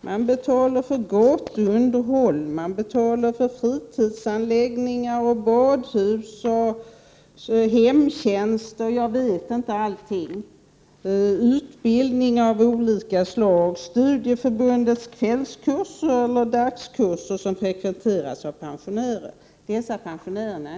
Den går också till gatuunderhåll, fritidsanläggningar, badhus, hemtjänst, olika slag av utbildning och till studieförbundens dagskurser och kvällskurser som inte frekventeras av utlandspensionärerna.